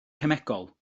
cemegol